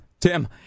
Tim